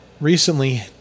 recently